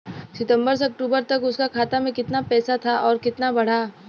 सितंबर से अक्टूबर तक उसका खाता में कीतना पेसा था और कीतना बड़ा?